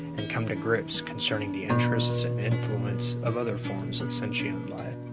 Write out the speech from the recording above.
and come to grips concerning the interests and influence of other forms of sentient life.